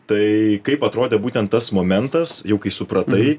tai kaip atrodė būtent tas momentas jau kai supratai